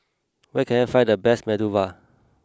where can I find the best Medu Vada